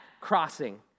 crossing